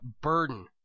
burden